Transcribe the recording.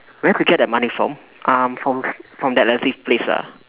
where do you get that money from um from from that relative place ah